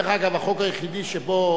אגב, החוק היחיד שבו